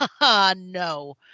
no